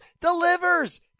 delivers